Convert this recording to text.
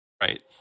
Right